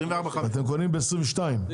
אתם קונים ב-22 ₪?